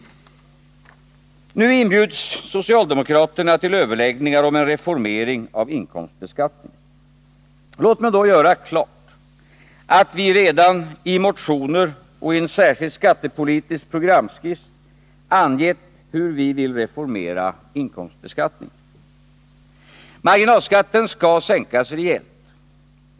Nu inbjuds socialdemokraterna till överläggningar om en reformering av inkomstbeskattningen. Låt mig då göra klart, att vi redan, i motioner och i en särskild skattepolitisk programskiss, har angett hur vi vill reformera inkomstbeskattningen. Marginalskatten skall sänkas rejält.